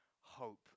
hope